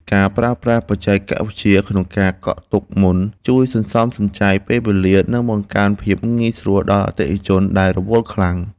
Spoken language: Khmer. ការប្រើប្រាស់បច្ចេកវិទ្យាក្នុងការកក់ទុកមុនជួយសន្សំសំចៃពេលវេលា និងបង្កើនភាពងាយស្រួលដល់អតិថិជនដែលរវល់ខ្លាំង។